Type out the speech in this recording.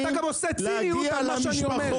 ואתה גם עושה ציניות על מה שאני אומר.